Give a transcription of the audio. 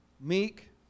meek